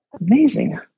Amazing